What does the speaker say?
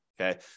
okay